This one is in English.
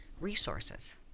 resources